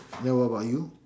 then what about you